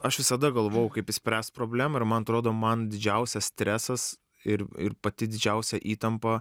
aš visada galvojau kaip išspręst problemą ir man atrodo man didžiausias stresas ir ir pati didžiausia įtampa